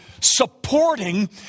supporting